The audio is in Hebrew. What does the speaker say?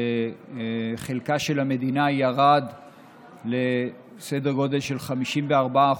חלקה של המדינה ירד לסדר גודל של 54%,